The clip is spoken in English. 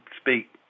speak